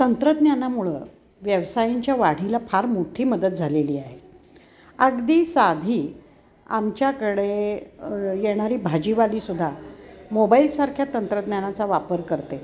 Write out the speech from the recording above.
तंत्रज्ञानामुळं व्यवसायांच्या वाढीला फार मोठी मदत झालेली आहे अगदी साधी आमच्याकडे येणारी भाजीवालीसुद्धा मोबाईलसारख्या तंत्रज्ञानाचा वापर करते